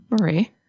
Marie